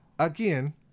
Again